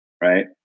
right